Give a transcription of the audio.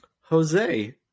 Jose